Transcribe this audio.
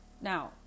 Now